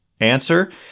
answer